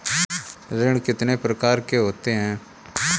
ऋण कितनी प्रकार के होते हैं?